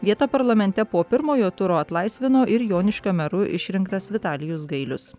vietą parlamente po pirmojo turo atlaisvino ir joniškio meru išrinktas vitalijus gailius